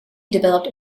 developed